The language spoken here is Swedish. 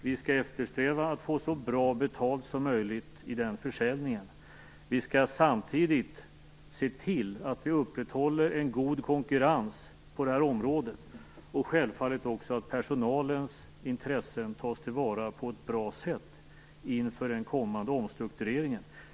Vi skall eftersträva att få så bra betalt som möjligt vid försäljningen. Vi skall samtidigt se till att vi upprätthåller en god konkurrens på området, och självfallet också att personalens intressen tas till vara på ett bra sätt inför den kommande omstruktureringen.